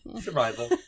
Survival